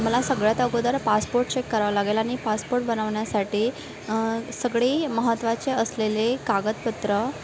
मला सगळ्यात अगोदर पासपोट चेक करावा लागेल आणि पासपोट बनवण्यासाठी सगळी महत्त्वाचे असलेले कागदपत्रं